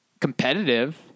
competitive